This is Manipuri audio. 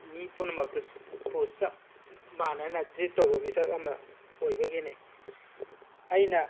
ꯃꯤ ꯄꯨꯝꯅꯃꯛꯇꯁꯄꯨ ꯆꯞ ꯃꯥꯟꯅꯅ ꯇ꯭ꯔꯤꯠ ꯇꯧꯕ ꯃꯤꯁꯛ ꯑꯃ ꯑꯣꯏꯕꯒꯤꯅꯤ ꯑꯩꯅ